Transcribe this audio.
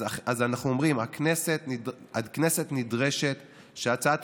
אז אנחנו אומרים: הכנסת נדרשת שהצעת